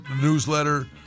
Newsletter